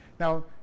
Now